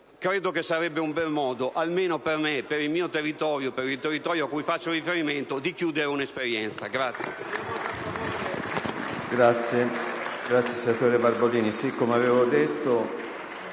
credo che sarebbe un bel modo, almeno per me, per il mio territorio a cui faccio riferimento di chiudere un'esperienza.